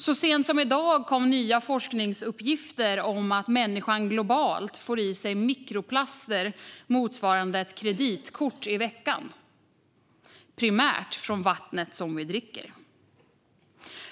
Så sent som i dag kom nya forskningsuppgifter om att människan globalt får i sig mikroplaster motsvarande ett kreditkort i veckan, primärt från vattnet vi dricker.